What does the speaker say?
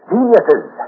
Geniuses